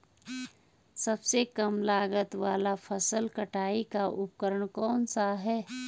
सबसे कम लागत वाला फसल कटाई का उपकरण कौन सा है?